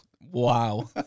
Wow